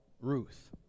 Ruth